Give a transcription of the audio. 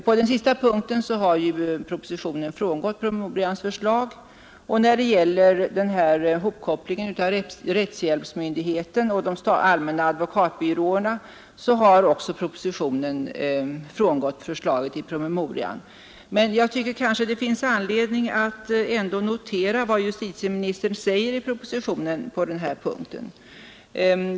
På den sista punkten har propositionen frångått promemorians förslag, och när det gäller hopkopplingen av rättshjälpsmyndigheten och de allmänna advokatbyråerna har propositionen också frångått förslaget i promemorian. Jag tycker att det kanske ändå finns anledning att notera vad justitieministern säger i propositionen på denna punkt.